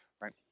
right